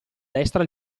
destra